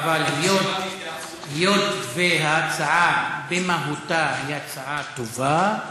אבל היות שההצעה במהותה היא הצעה טובה,